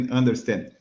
understand